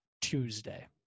Tuesday